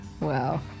Wow